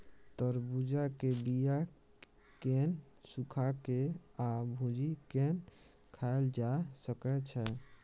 तरबुज्जा के बीया केँ सुखा के आ भुजि केँ खाएल जा सकै छै